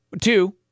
Two